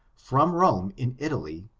from rome, in italy,